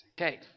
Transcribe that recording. Okay